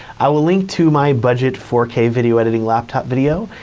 i will link to my budget four k video editing laptop video,